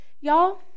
Y'all